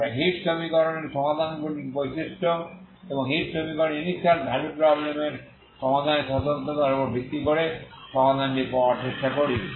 আমরা হিট সমীকরণের সমাধানগুলির এই বৈশিষ্ট্য এবং হিট সমীকরণের ইনিশিয়াল ভ্যালু প্রবলেমের সমাধানের স্বতন্ত্রতার উপর ভিত্তি করে সমাধানটি পাওয়ার চেষ্টা করি